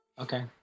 Okay